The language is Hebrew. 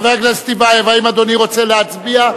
חבר הכנסת טיבייב, האם אדוני רוצה להצביע?